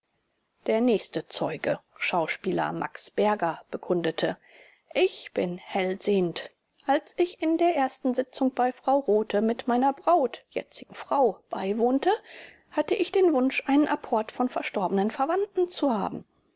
der nächste zeuge schauspieler max berger bekundete ich bin hellsehend als ich der ersten sitzung bei frau rothe mit meiner braut jetzigen frau beiwohnte hatte ich den wunsch einen apport von verstorbenen verwandten zu haben